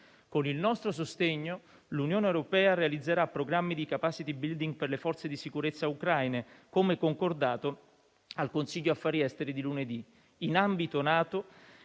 Con il nostro sostegno, l'Unione europea realizzerà programmi di *capacity building* per le forze di sicurezza ucraine, come concordato al Consiglio affari esteri di lunedì. In ambito NATO